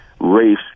race